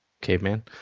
caveman